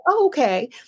okay